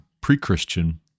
pre-Christian